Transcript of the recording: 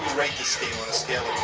rate this game on a scale